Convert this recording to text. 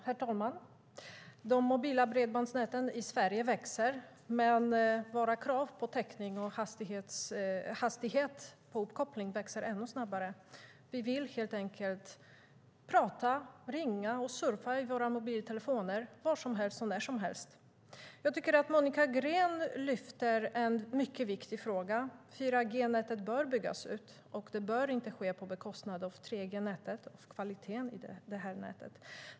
Herr talman! De mobila bredbandsnäten i Sverige växer, men våra krav på täckning och hastighet på uppkoppling växer ännu snabbare. Vi vill helt enkelt prata, ringa och surfa i våra mobiltelefoner var som helst och när som helst. Monica Green lyfter upp en mycket viktig fråga. 4G-nätet bör byggas ut, och det bör inte ske på bekostnad av kvaliteten i 3G-nätet.